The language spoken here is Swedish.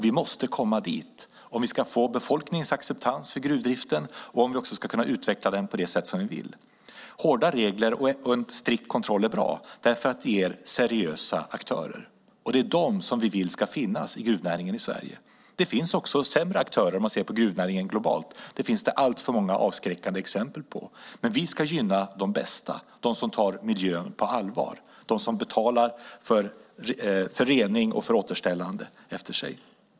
Vi måste komma dit om vi ska få befolkningens acceptans för gruvdriften och om vi också ska kunna utveckla den på det sätt som vi vill. Hårda regler och en strikt kontroll är bra därför att det ger seriösa aktörer. Det är de som vi vill ska finnas i gruvnäringen i Sverige. Det finns också sämre aktörer. Det kan man se om man ser på gruvnäringen globalt. Det finns det alltför många avskräckande exempel på. Men vi ska gynna de bästa, de som tar miljön på allvar, de som betalar för rening och för återställande efter sig.